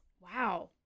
Wow